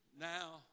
now